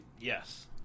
Yes